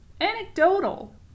anecdotal